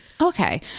Okay